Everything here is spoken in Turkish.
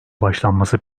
başlanması